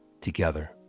Together